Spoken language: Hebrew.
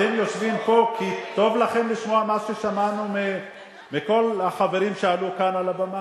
אתם יושבים פה כי טוב לכם לשמוע מה ששמענו מכל החברים שעלו כאן על הבמה?